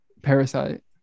Parasite